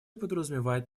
подразумевает